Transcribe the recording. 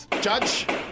Judge